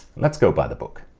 let's go by the book.